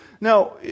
Now